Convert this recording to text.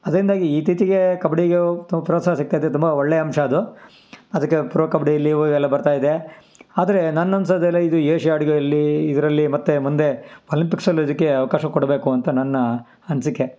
ಅದ್ರಿಂದಾಗಿ ಈತೀಚಿಗೆ ಕಬಡ್ಡಿಗ್ಯೋ ತುಂಬ ಪ್ರೋತ್ಸಾಹ ಸಿಗ್ತಾ ಇದೆ ತುಂಬ ಒಳ್ಳೆ ಅಂಶ ಅದು ಅದಕ್ಕೆ ಪ್ರೋ ಕಬಡ್ಡಿ ಲೀಗು ಇವೆಲ್ಲ ಬರ್ತಾಯಿದೆ ಆದರೆ ನನ್ನ ಅನ್ಸೋದೆಲ್ಲ ಇದು ಏಷ್ಯಾ ಅಡ್ಗೇಲ್ಲಿ ಇದರಲ್ಲಿ ಮತ್ತು ಮುಂದೆ ಒಲಂಪಿಕ್ಸಲ್ಲೂ ಇದಕ್ಕೆ ಅವಕಾಶ ಕೊಡಬೇಕು ಅಂತ ನನ್ನ ಅನಿಸಿಕೆ